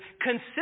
consistent